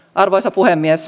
arvoisa puhemies